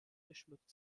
geschmückt